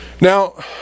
Now